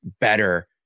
better